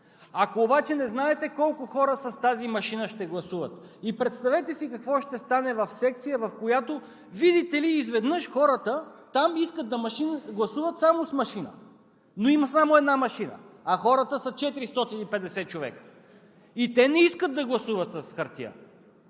Ако обаче не знаете колко хора ще гласуват с тази машина, представете си какво ще стане в секция, в която, видите ли, изведнъж хората там искат да гласуват само с машина, но има само една машина, а хората са 440 човека. И те не искат да гласуват с хартия.